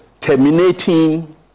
terminating